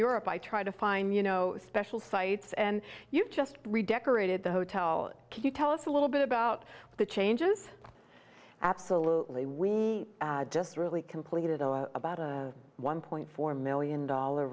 europe i try to find you know special sites and you've just redecorated the hotel can you tell us a little bit about the changes absolutely we just really completed about a one point four million dollar